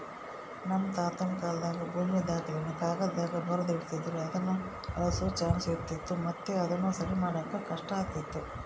ನಮ್ ತಾತುನ ಕಾಲಾದಾಗ ಭೂಮಿ ದಾಖಲೆನ ಕಾಗದ್ದಾಗ ಬರ್ದು ಇಡ್ತಿದ್ರು ಅದು ಅಳ್ಸೋ ಚಾನ್ಸ್ ಇತ್ತು ಮತ್ತೆ ಅದುನ ಸರಿಮಾಡಾಕ ಕಷ್ಟಾತಿತ್ತು